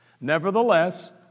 Nevertheless